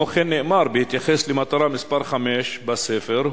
כמו כן נאמר בהתייחס למטרה מס' 5 בספר: